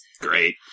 Great